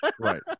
Right